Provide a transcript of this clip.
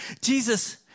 Jesus